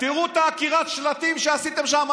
תראו את עקירת השלטים שעשיתם שם,